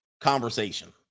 conversation